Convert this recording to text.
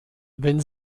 wenn